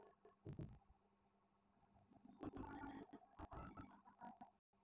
लैकी के पौधा एक दिन मे एक फिट ले बढ़ जाला